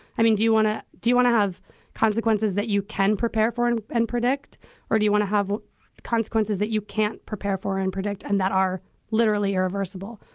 i mean, do you want to. do you want to have consequences that you can prepare for and and predict or do you want to have consequences that you can't prepare for and predict and that are literally irreversible?